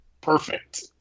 perfect